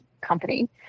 Company